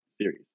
series